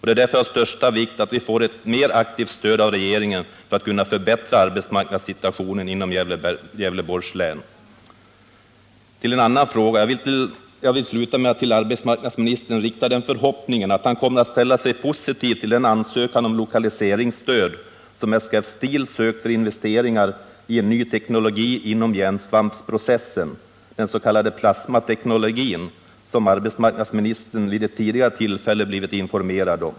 Det är därför av största vikt att vi får ett mer aktivt stöd av regeringen för att kunna förbättra arbetsmarknadssituationen inom Gävleborgs län. Jag vill sluta med att till arbetsmarknadsministern uttala den förhoppningen att han kommer att ställa sig positiv till det lokaliseringsstöd som SKF Steel sökt för investeringar i en ny teknologi inom järnsvampsprocessen, den s.k. plasmateknologin, som arbetsmarknadsministern vid ett tidigare tillfälle blivit informerad om.